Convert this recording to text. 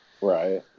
Right